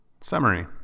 Summary